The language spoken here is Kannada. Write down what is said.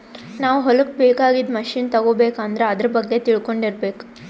ನಾವ್ ಹೊಲಕ್ಕ್ ಬೇಕಾಗಿದ್ದ್ ಮಷಿನ್ ತಗೋಬೇಕ್ ಅಂದ್ರ ಆದ್ರ ಬಗ್ಗೆ ತಿಳ್ಕೊಂಡಿರ್ಬೇಕ್